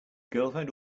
girlfriend